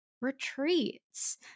retreats